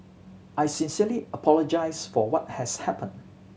I sincerely apologise for what has happened